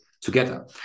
together